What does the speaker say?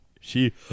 She-